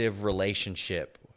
relationship